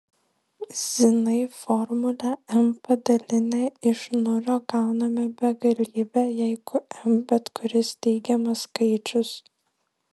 zinai formulę m padalinę iš nulio gauname begalybę jeigu m bet kuris teigiamas skaičius